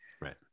right